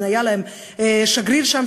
אם היה להם שגריר שם,